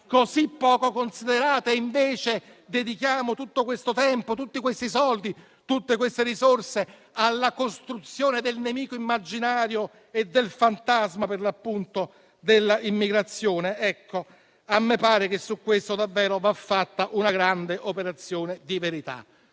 così poca considerazione e che invece dedichiamo tutto il tempo, tutti i soldi, tutte le risorse alla costruzione del nemico immaginario e del fantasma dell'immigrazione? Ecco, a me pare che su questo davvero occorra fare una grande operazione di verità.